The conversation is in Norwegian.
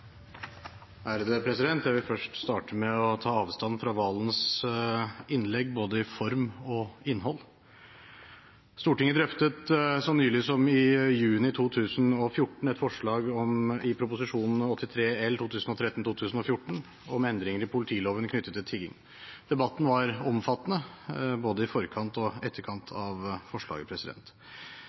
Jeg vil først starte med å ta avstand fra Serigstad Valens innlegg både i form og innhold. Stortinget drøftet så nylig som i juni 2014 et forslag i Prop. 83 L 2013–2014 om endringer i politiloven knyttet til tigging. Debatten var omfattende både i forkant og etterkant av forslaget.